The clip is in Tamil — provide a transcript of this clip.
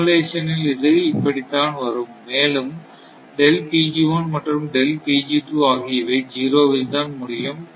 சிமுலசன் இல் இது இப்படி தான் வரும் மேலும் மற்றும் ஆகியவை 0 வில் தான் முடியும்